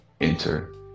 Enter